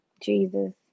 Jesus